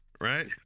right